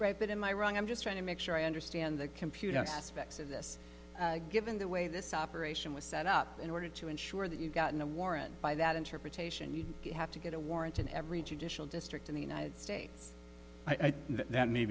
right but am i wrong i'm just trying to make sure i understand the computer aspects of this given the way this operation was set up in order to ensure that you've gotten a warrant by that interpretation you have to get a warrant in every judicial district in the united states i think that